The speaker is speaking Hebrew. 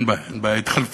אם אתם רוצים לעשות רפורמות,